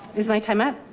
is my time up?